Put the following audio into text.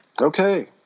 Okay